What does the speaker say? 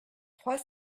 trois